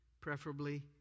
preferably